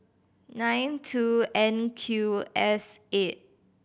nine two N Q S eight